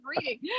reading